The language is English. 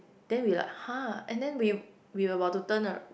then we're like !huh! and then we we're about to turn